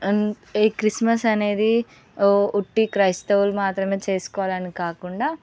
అంటే క్రిస్మస్ అనేది ఉట్టి క్రైస్తవులు మాత్రమే చేసుకోవాలని కాకుండా